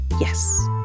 Yes